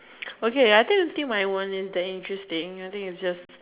okay I think my one is that interesting I think is just